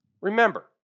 Remember